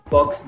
Box